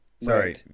Sorry